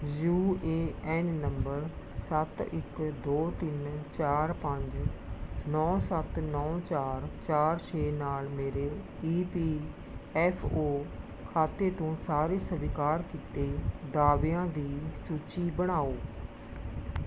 you A N number ਸੱਤ ਇੱਕ ਦੋ ਤਿੰਨ ਚਾਰ ਪੰਜ ਨੌ ਸੱਤ ਨੌ ਚਾਰ ਚਾਰ ਛੇ ਨਾਲ ਮੇਰੇ ਈ ਪੀ ਐਫ ਓ ਖਾਤੇ ਤੋਂ ਸਾਰੇ ਸਵੀਕਾਰ ਕੀਤੇ ਦਾਅਵਿਆਂ ਦੀ ਸੂਚੀ ਬਣਾਓ